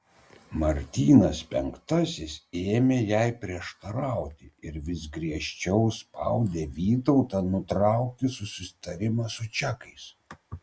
martynas penktasis ėmė jai prieštarauti ir vis griežčiau spaudė vytautą nutraukti susitarimą su čekais